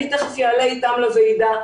תיכף אעלה איתם לשיחת ועידה.